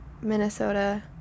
Minnesota